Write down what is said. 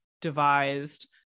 devised